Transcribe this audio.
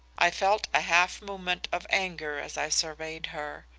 i felt a half movement of anger as i surveyed her.